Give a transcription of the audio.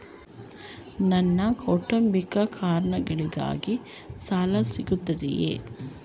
ನನಗೆ ಕೌಟುಂಬಿಕ ಕಾರಣಗಳಿಗಾಗಿ ಸಾಲ ಸಿಗುತ್ತದೆಯೇ?